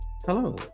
Hello